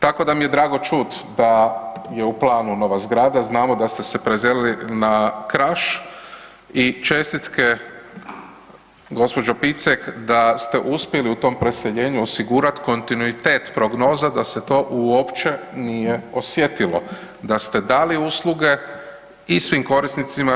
Tako da mi je drago čut da je u planu nova zgrada, znamo da ste se preselili na Kraš i čestitke gospođo Picek da ste uspjeli u tom preseljenju osigurat kontinuitet prognoza da se to uopće nije osjetilo, da ste dali usluge i svim korisnicima.